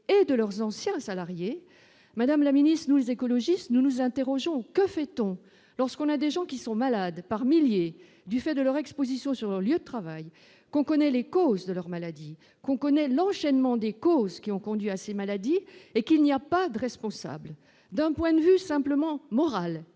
et de leurs anciens salariés madame la Ministre nous écologistes, nous nous interrogions, que fait-on lorsqu'on a des gens qui sont malades par milliers, du fait de leur Exposition sur leur lieu de travail qu'on connaît les causes de leur maladie, qu'on connaît l'enchaînement des causes qui ont conduit à ces maladies et qu'il n'y a pas de responsable d'un point de vue simplement moral,